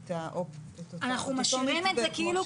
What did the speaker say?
את ה --- אנחנו משאירים את זה כחובה.